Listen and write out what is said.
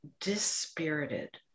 dispirited